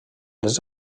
les